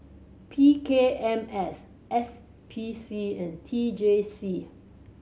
P K M S S P C and T J C